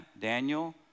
Daniel